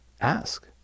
ask